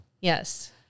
Yes